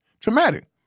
Traumatic